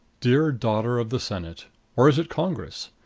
dear daughter of the senate or is it congress?